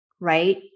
right